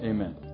Amen